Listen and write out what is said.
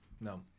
No